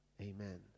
Amen